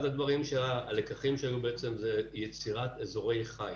אחד הלקחים שהיו זה יצירת אזורי חיץ.